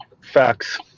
Facts